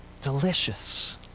Delicious